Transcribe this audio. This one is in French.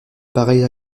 pareilles